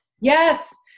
Yes